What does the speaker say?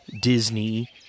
disney